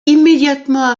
immédiatement